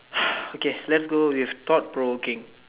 okay let's go with thought provoking